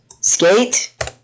Skate